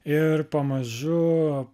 ir pamažu